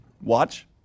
Watch